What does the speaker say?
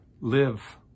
live